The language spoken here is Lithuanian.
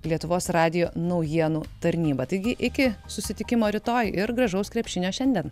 lietuvos radijo naujienų tarnyba taigi iki susitikimo rytoj ir gražaus krepšinio šiandien